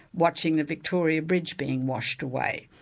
watching the victoria bridge being washed away.